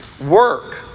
Work